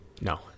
No